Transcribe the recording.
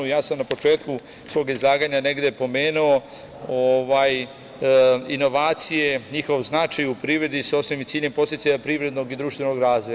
Ja sam na početku svog izlaganja, negde pomenuo inovacije, njihovoj značaja u privredi sa osnovnim ciljem podsticaja privrednog i društvenog razvoja.